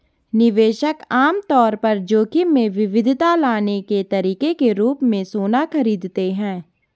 निवेशक आम तौर पर जोखिम में विविधता लाने के तरीके के रूप में सोना खरीदते हैं